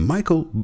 Michael